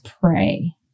pray